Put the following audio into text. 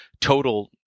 total